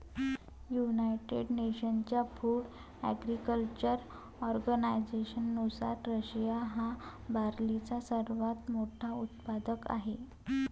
United नेशन्सच्या food agriculture ऑर्गनायझेशननुसार, Russia हा बार्लीचा सर्वात मोठा उत्पादक आहे